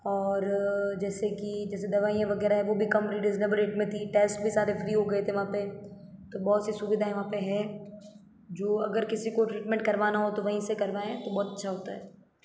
और जैसे की जैसे दवाइयाँ वगैरह है वो भी कम रेट में थी टेस्ट भी सारे फ्री हो गए थे वहाँ पे तो बहुत सी सुविधाएँ वहाँ पे है जो अगर किसी को ट्रीटमेंट करवाना हो तो वहीं से करवाएं तो बहुत अच्छा होता है